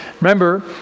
Remember